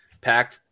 pack